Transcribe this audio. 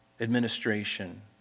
administration